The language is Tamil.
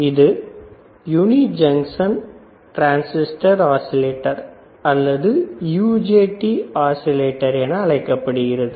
இது யுனி ஜங்ஷன் டிரன்சிஸ்டர் ஆஸிலேட்டர் அல்லது UJT ஆஸிலேட்டர் என அழைக்கப்படுகிறது